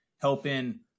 helping